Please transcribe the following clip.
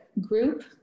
group